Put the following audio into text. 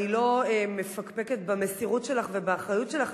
אני לא מפקפקת במסירות שלך ובאחריות שלך,